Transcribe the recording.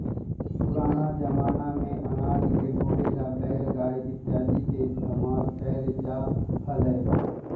पुराना जमाना में अनाज के ढोवे ला बैलगाड़ी इत्यादि के इस्तेमाल कइल जा हलय